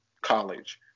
college